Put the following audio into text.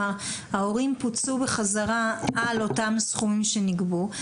ההורים פוצו בחזרה על אותם סכומים שנגבו,